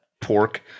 pork